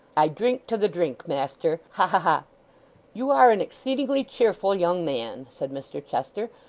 i drink to the drink, master. ha ha ha you are an exceedingly cheerful young man said mr chester,